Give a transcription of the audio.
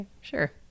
Sure